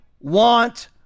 want